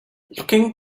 looking